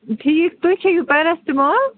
ٹھیٖک تُہۍ کھیٚیِو پیرَسٹٕمال